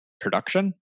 production